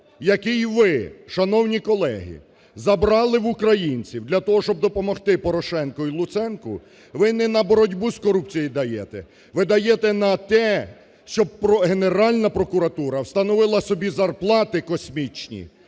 який ви, шановні колеги, забрали в українців для того, щоб допомогти Порошенку і Луценку, ви не на боротьбу з корупцією даєте. Ви даєте на те, щоб Генеральна прокуратура встановила собі зарплати "космічні"